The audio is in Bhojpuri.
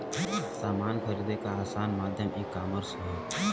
समान खरीदे क आसान माध्यम ईकामर्स हौ